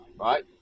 right